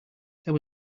there